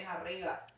arriba